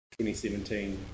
2017